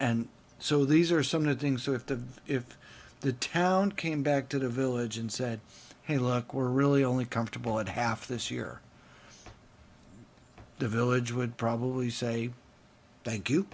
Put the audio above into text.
and so these are some good things if the if the town came back to the village and said hey look we're really only comfortable at half this year the village would probably say thank you